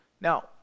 Now